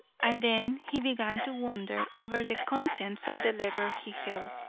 and then he began to wonder over the contents of the letter he held,